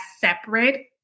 separate